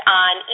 on